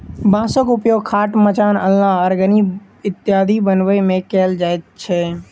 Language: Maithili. बाँसक उपयोग खाट, मचान, अलना, अरगनी इत्यादि बनबै मे कयल जाइत छै